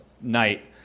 night